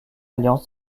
alliance